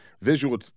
Visual